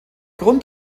grund